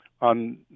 on